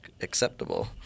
acceptable